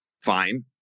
Fine